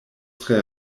tre